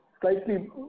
slightly